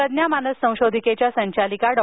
प्रज्ञा मानस संशोधिकेच्या संचालिका डॉ